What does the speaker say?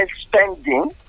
spending